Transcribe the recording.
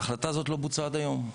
ההחלטה הזאת לא בוצעה עד היום.